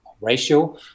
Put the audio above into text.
ratio